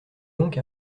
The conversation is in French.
donc